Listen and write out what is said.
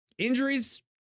Injuries